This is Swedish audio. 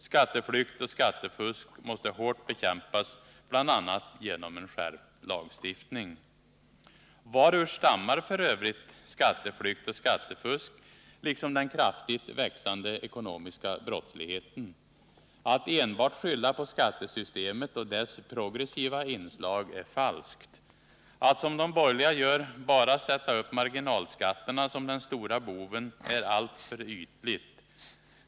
Skatteflykt och skattefusk måste hårt bekämpas, bl.a. genom en skärpt lagstiftning. Varur stammar f. ö. skatteflykt och skattefusk liksom den kraftigt växande ekonomiska brottsligheten? Att enbart skylla på skattesystemet och dess progressiva inslag är falskt. Att som de borgerliga gör, bara sätta upp marginalskatterna som den stora boven, är alltför ytligt.